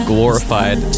glorified